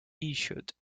issued